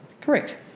Correct